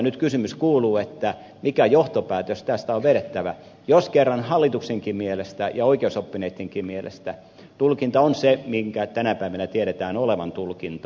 nyt kysymys kuuluu mikä johtopäätös tästä on vedettävä jos kerran hallituksenkin mielestä ja oikeusoppineittenkin mielestä tulkinta on se minkä tänä päivänä tiedetään olevan tulkinta